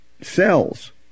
cells